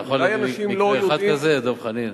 אתה יכול להביא לי מקרה אחד כזה, דב חנין?